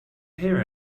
hear